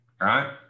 right